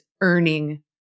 earning